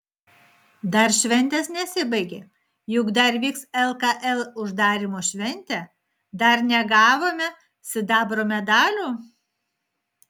dar šventės nesibaigė juk dar vyks lkl uždarymo šventė dar negavome sidabro medalių